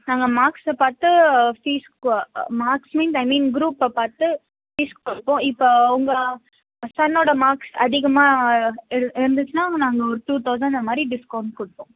நாங்கள் மார்க்ஸை பார்த்து fees marks mean I mean குரூப்பை பார்த்து ஃபீஸ் கொடுப்போம் இப்போது உங்கள் சன்னோட மார்க்ஸ் அதிகமாக இருந்துச்சுன்னா நாங்கள் ஒரு டூ தௌசண்ட் அந்த மாதிரி டிஸ்கவுண்ட் கொடுப்போம்